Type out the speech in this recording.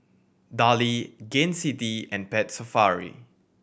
Darlie Gain City and Pet Safari